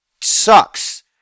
sucks